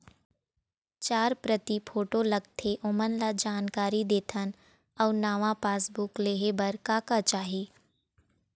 चार प्रति फोटो लगथे ओमन ला जानकारी देथन अऊ नावा पासबुक लेहे बार का का चाही?